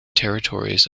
territories